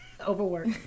overwork